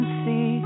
see